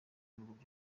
y’ibihugu